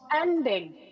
ending